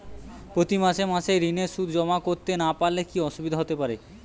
প্রতি মাসে মাসে ঋণের সুদ জমা করতে না পারলে কি অসুবিধা হতে পারে?